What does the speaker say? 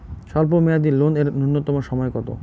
স্বল্প মেয়াদী লোন এর নূন্যতম সময় কতো?